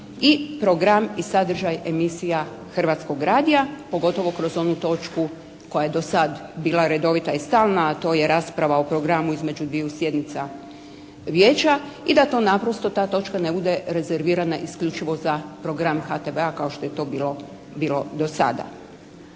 i program i sadržaj emisija Hrvatskoj radija, pogotovo kroz onu točku koja je do sad bila redovita i stalna, a to je rasprava o programu između dviju sjednica Vijeća i da to naprosto, ta točka ne bude rezervirana isključivo za program HTV-a kao što je to bilo do sada.